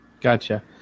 Gotcha